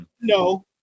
No